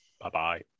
Bye-bye